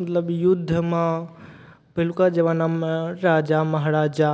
मतलब युद्धमे पहिलुका जमानामे राजा महाराजा